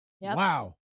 Wow